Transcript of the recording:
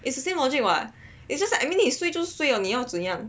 it's the same logic [what] it's just like 你 suay 就是 suay liao 你要怎样